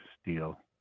steel